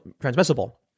transmissible